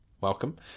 welcome